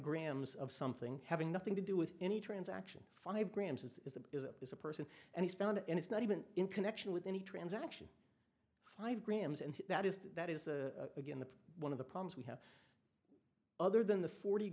grams of something having nothing to do with any transaction five grams is the is a is a person and he's found and it's not even in connection with any transaction five grams and that is that is a again the one of the problems we have other than the forty